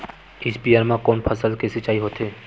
स्पीयर म कोन फसल के सिंचाई होथे?